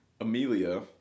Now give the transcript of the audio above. Amelia